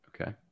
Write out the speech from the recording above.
Okay